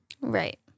right